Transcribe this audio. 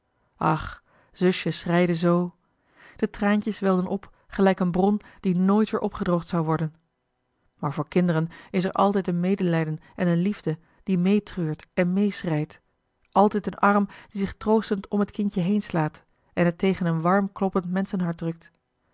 ach zusje schreide zoo de traantjes welden op gelijk een bron die nooit weer opgedroogd zou worden maar voor kinderen is er altijd een medelijden en een liefde die mee treurt en mee schreit altijd een arm die zich troostend om het kindje heen slaat en het tegen een warmkloppend menschenhart drukt